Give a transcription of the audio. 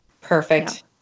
perfect